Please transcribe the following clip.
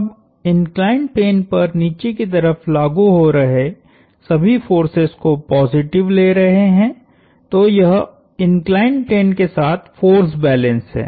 अब inclined plane पर नीचे की तरफ लागु हो रहे सभी फोर्सेस को पॉजिटिव ले रहे है तो यह इंक्लाइंड प्लेन के साथ फोर्स बैलेंस है